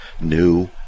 new